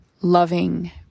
loving